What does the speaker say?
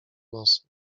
nosem